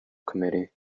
committee